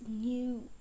new